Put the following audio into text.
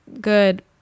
good